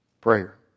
Prayer